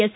S